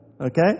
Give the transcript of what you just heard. Okay